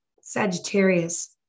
Sagittarius